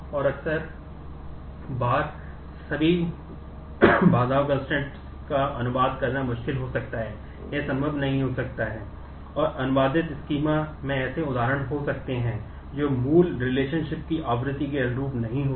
अब जबकि हम इस अपघटन की आवृत्ति के अनुरूप नहीं हो सकते